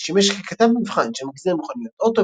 שימש ככתב מבחן של מגזין המכוניות "אוטו",